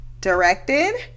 directed